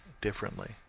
differently